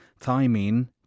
thymine